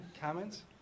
comments